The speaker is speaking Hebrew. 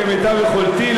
כמיטב יכולתי,